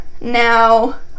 Now